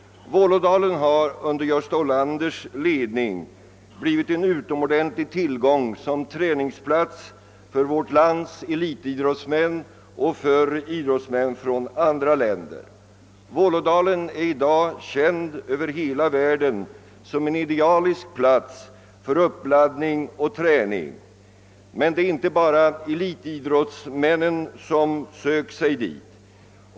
Vålådalen har under Gösta Olanders ledning blivit en utomordentlig tillgång som träningsplats för vårt lands elitidrottsmän och för idrottsmän från andra länder. Vålådalen är i dag känt över hela världen som en idealisk plats för uppladdning och träning. Men det är inte bara elitidrottsmännen som söker sig dit.